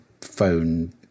phone